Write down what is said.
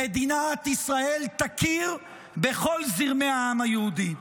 -- מדינת ישראל תכיר בכל זרמי העם היהודי.